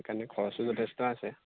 সেইকাৰণে খৰচো যথেষ্ট আছে